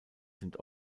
sind